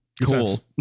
cool